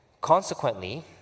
Consequently